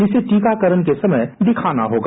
जिसे टीकाकरण के समय दिखाना होगा